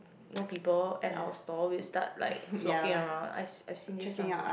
no people at our stall we'll start like flocking around I've I've seen this some